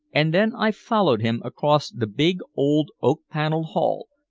and then i followed him across the big old oak-paneled hall,